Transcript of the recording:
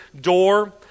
door